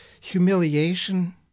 humiliation